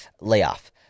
layoff